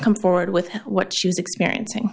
come forward with what she was experiencing